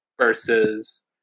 versus